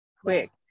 quick